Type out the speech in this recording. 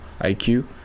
IQ